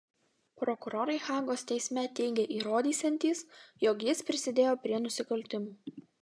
prokurorai hagos teisme teigė įrodysiantys jog jis prisidėjo prie nusikaltimų